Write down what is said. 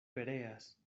pereas